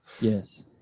Yes